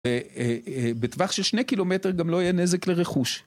בטווח של שני קילומטר גם לא יהיה נזק לרכוש.